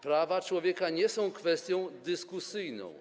Prawa człowieka nie są kwestią dyskusyjną.